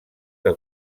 que